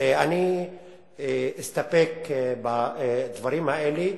אני אסתפק בדברים האלה.